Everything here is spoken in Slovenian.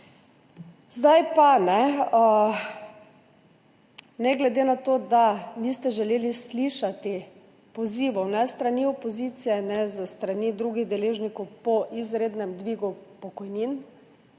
Ne glede na to, da niste želeli slišati pozivov ne s strani opozicije ne s strani drugih deležnikov po izrednem dvigu pokojnin,